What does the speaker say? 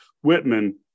Whitman